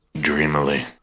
dreamily